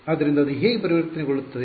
ಆದ್ದರಿಂದ ಅದು ಹೇಗೆ ಪರಿವರ್ತನೆಗೊಳ್ಳುತ್ತದೆ